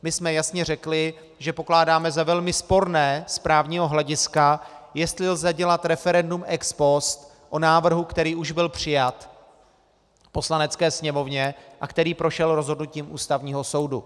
My jsme jasně řekli, že pokládáme za velmi sporné z právního hlediska, jestli lze dělat referendum ex post o návrhu, který už byl přijat v Poslanecké sněmovně a který prošel rozhodnutím Ústavního soudu.